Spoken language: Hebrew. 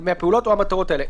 האלה: